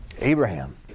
Abraham